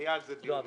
והיו על זה דיונים.